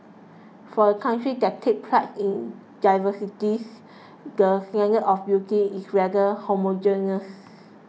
for a country that takes pride in diversities the standards of beauty is rather homogeneous